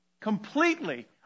completely